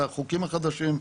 והחוקים החדשים,